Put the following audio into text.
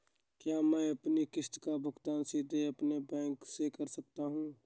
क्या मैं अपनी किश्त का भुगतान सीधे अपने खाते से कर सकता हूँ?